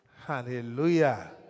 Hallelujah